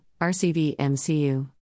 RCVMCU